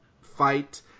fight